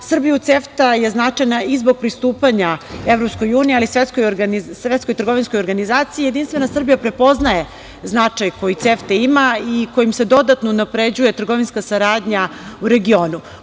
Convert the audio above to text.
Srbiju CEFTA je značajna i zbog pristupanja Evropskoj uniji ali i Svetskoj trgovinskoj organizaciji. Jedinstvena Srbija prepoznaje značaj koji CEFTA ima i kojim se dodatno unapređuje trgovinska saradnja u regionu.U